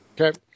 Okay